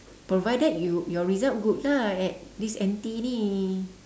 provided you your result good lah at this N_T ini